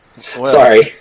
Sorry